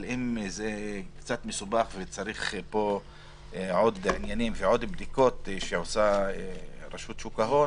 אבל אם זה מסובך ומצריך עוד בדיקות שעושה רשות שוק ההון